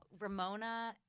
Ramona